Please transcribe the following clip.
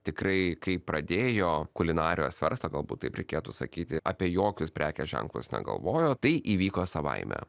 tikrai kai pradėjo kulinarijos verslą galbūt taip reikėtų sakyti apie jokius prekės ženklus negalvojo tai įvyko savaime